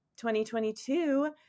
2022